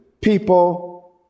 people